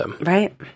Right